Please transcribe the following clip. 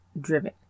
driven